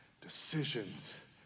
decisions